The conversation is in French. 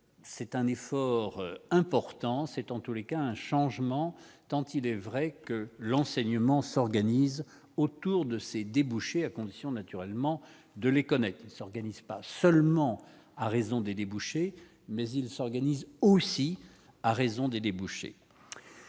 c'est un effort important, c'est en tous les cas un changement tant il est vrai que l'enseignement s'organise autour de ses débouchés, à condition, naturellement, de les connaître, s'organise pas seulement à raison des débouchés, mais il s'organise aussi à raison des débouchés